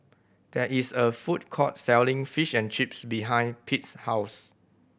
there is a food court selling Fish and Chips behind Pete's house